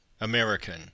American